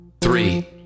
three